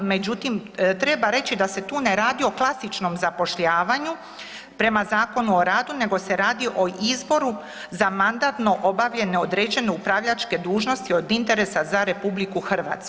Međutim, treba reći da se tu ne radi o klasičnom zapošljavanju prema Zakonu o radu nego se radi o izboru za mandatno obavljene određene upravljačke dužnosti od interesa za RH.